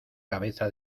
cabeza